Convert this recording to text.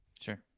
Sure